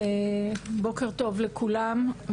ואני אנסה לתת בנקודות כדי להספיק להגיד הרבה,